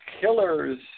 Killers